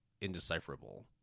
indecipherable